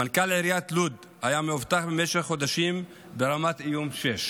מנכ"ל עיריית לוד היה מאובטח במשך חודשים ברמת איום 6,